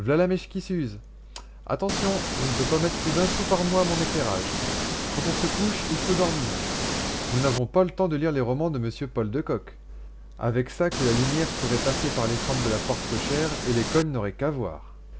qui s'use attention je ne peux pas mettre plus d'un sou par mois à mon éclairage quand on se couche il faut dormir nous n'avons pas le temps de lire des romans de monsieur paul de kock avec ça que la lumière pourrait passer par les fentes de la porte cochère et les cognes n'auraient qu'à voir